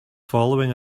following